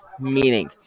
Meaning